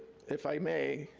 if i may,